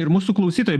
ir mūsų klausytojai